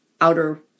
outer